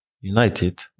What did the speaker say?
United